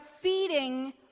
feeding